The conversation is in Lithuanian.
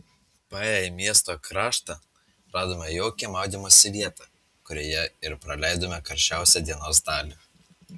paėję į miesto kraštą radome jaukią maudymosi vietą kurioje ir praleidome karščiausią dienos dalį